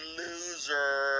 loser